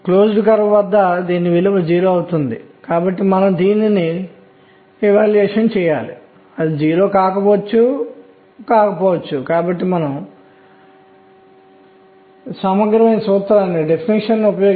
కాబట్టి దీనిని gyromagnetic ratio అని పిలుస్తారు దీని విలువ కక్ష్య కోణీయ ద్రవ్యవేగం కు ఒకటి మరియు స్పిన్ కోణీయ ద్రవ్యవేగం కు 2 గా ఉంటుంది